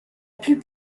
plus